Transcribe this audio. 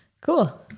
Cool